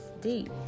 deep